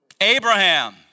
Abraham